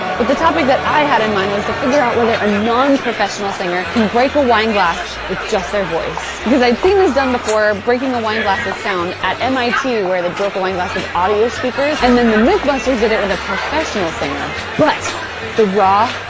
but the topic that i had in mind was to figure out whether a nonprofessional singer can break a wine glass with just their voice. because i'd seen this done before breaking a wine glass with sound at mit, where that broke a wine glass with audio speakers, and then the mythbusters did it with a professional singer. but the raw,